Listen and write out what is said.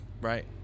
Right